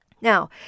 Now